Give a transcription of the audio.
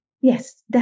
Yes